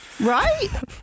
Right